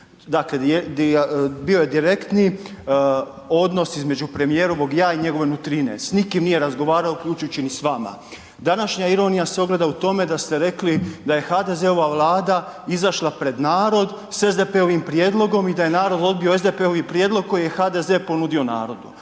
Dakle bio je direktni odnos između premijerovog „ja“ i njegove nutrine, s nikim nije razgovarao, uključujući ni s vama. Današnja ironija se ogleda u tom da ste rekli da je HDZ-ova Vlada izašla pred narod s SDP-ovim prijedlogom i da je narod odbio SDP-ovi prijedlog koji je HDZ ponudio narodu.